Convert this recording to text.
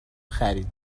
خرید